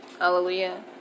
Hallelujah